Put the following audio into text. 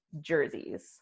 jerseys